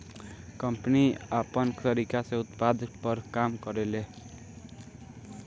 company आपन तरीका से उत्पाद पर काम करेले